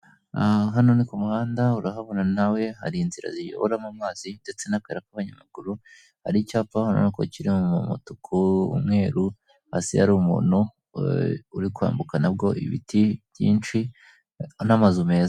Hano ni ku muhanda urahabona nawe, hari inzira ziyobora mo amazi ndetse n'akarara k'abanyamaguru, hari icyapa ubona ko kiri mu mutuku, umweruru, hasi yari umuntu uri kwambuka nabwo, ibiti byinshi n'amazu meza.